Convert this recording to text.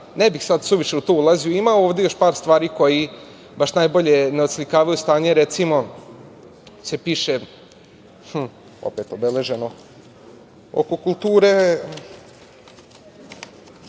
Ne bih sada suviše u to ulazio, ima ovde još par stvari koji baš najbolje ne oslikavaju stanje, recimo se piše, opet obeleženo, oko kulture,